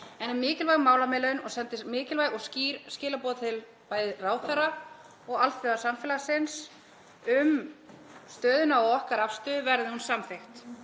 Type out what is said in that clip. er mikilvæg málamiðlun og sendir mikilvæg og skýr skilaboð til bæði ráðherra og alþjóðasamfélagsins um stöðuna og okkar afstöðu, verði hún samþykkt.